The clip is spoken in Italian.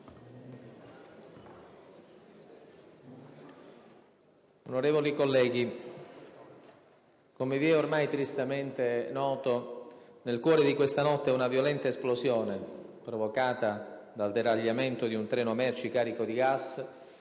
Onorevoli colleghi, come vi è ormai tristemente noto, nel cuore di questa notte una violenta esplosione, provocata dal deragliamento di un treno merci carico di gas,